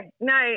no